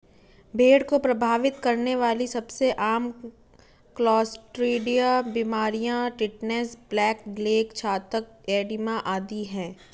भेड़ को प्रभावित करने वाली सबसे आम क्लोस्ट्रीडिया बीमारियां टिटनेस, ब्लैक लेग, घातक एडिमा आदि है